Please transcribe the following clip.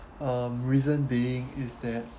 um reason being is that